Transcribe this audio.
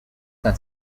can